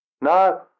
No